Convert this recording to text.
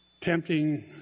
tempting